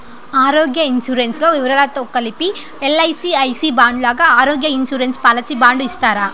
ఆరోగ్య ఇన్సూరెన్సు లో వివరాలతో కలిపి ఎల్.ఐ.సి ఐ సి బాండు లాగా ఆరోగ్య ఇన్సూరెన్సు పాలసీ బాండు ఇస్తారా?